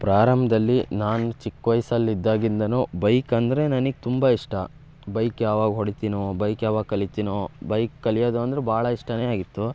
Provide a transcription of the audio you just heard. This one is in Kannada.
ಪ್ರಾರಂಭದಲ್ಲಿ ನಾನು ಚಿಕ್ಕ ವಯಸ್ಸಲ್ಲಿದ್ದಾಗಿಂದಲು ಬೈಕ್ ಅಂದರೆ ನನಿಗೆ ತುಂಬ ಇಷ್ಟ ಬೈಕ್ ಯಾವಾಗ ಹೊಡಿತೀನೋ ಬೈಕ್ ಯಾವಾಗ ಕಲಿತೀನೋ ಬೈಕ್ ಕಲಿಯೋದು ಅಂದರೆ ಭಾಳ ಇಷ್ಟವೇ ಆಗಿತ್ತು